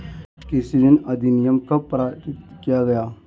कृषि ऋण अधिनियम कब पारित किया गया?